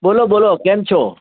બોલો બોલો કેમ છો